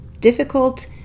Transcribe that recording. difficult